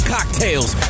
Cocktails